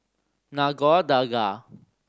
Nagore Dargah